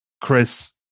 Chris